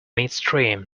midstream